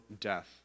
death